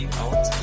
out